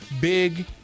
big